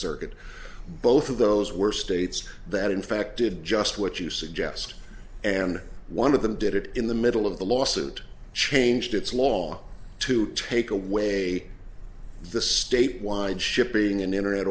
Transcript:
circuit both of those were states that in fact did just what you suggest and one of them did it in the middle of the lawsuit changed its law to take away the state wide shipping and internet